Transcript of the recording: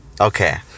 Okay